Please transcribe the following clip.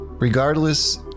Regardless